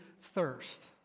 thirst